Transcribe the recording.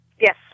Yes